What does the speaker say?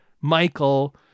Michael